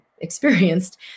experienced